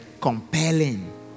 compelling